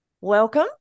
welcome